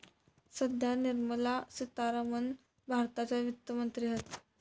सध्या निर्मला सीतारामण भारताच्या वित्त मंत्री हत